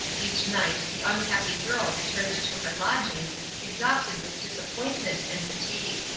each night the unhappy girl returned to her lodging exhausted with disappointment and fatigue.